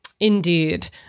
Indeed